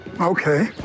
Okay